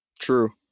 True